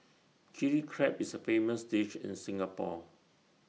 Chilli Crab is A famous dish in Singapore